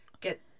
get